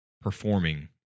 performing –